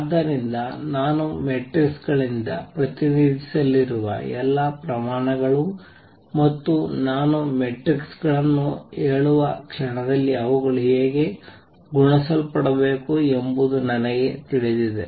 ಆದ್ದರಿಂದ ನಾನು ಮ್ಯಾಟ್ರಿಕ್ಸ್ ಗಳಿಂದ ಪ್ರತಿನಿಧಿಸಲಿರುವ ಎಲ್ಲಾ ಪ್ರಮಾಣಗಳು ಮತ್ತು ನಾನು ಮ್ಯಾಟ್ರಿಕ್ಸ್ ಗಳನ್ನು ಹೇಳುವ ಕ್ಷಣದಲ್ಲಿ ಅವುಗಳು ಹೇಗೆ ಗುಣಿಸಲ್ಪಡಬೇಕು ಎಂಬುದು ನನಗೆ ತಿಳಿದಿದೆ